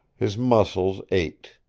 his muscles ached.